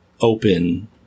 open